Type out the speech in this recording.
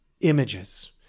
images